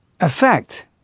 Effect